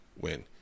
win